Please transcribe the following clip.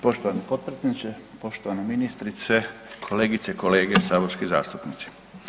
Poštovani potpredsjedniče, poštovana ministrice, kolegice i kolege saborski zastupnici.